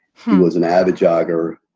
who was an avid jogger.